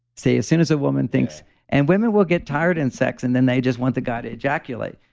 say, as soon as a woman thinks and women will get tired in sex and then they just want the guy to ejaculate.